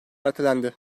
ertelendi